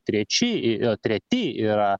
treči o treti yra